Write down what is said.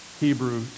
Hebrew